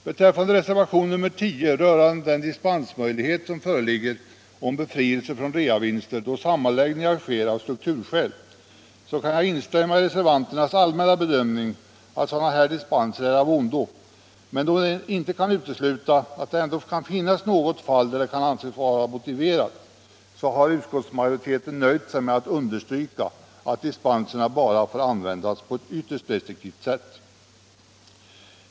Beträffande reservationen 10 rörande den dispensmöjlighet som föreligger om befrielse från reavinster då sammanläggningar sker av strukturskäl, så kan jag instämma i reservantens allmänna bedömning att sådana här dispenser är av ondo, men då man inte kan utesluta att det ändå kan finnas något fall då det kan anses vara motiverat, så har utskottsmajoriteten nöjt sig med att understryka, att dispenserna bara får användas på ett ytterst restriktivt sätt.